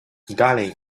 darling